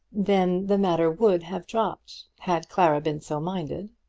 then the matter would have dropped had clara been so minded